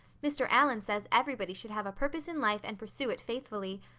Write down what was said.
mr. allan says everybody should have a purpose in life and pursue it faithfully.